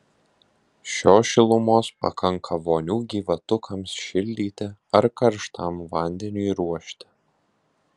šios šilumos pakanka vonių gyvatukams šildyti ar karštam vandeniui ruošti